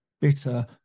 bitter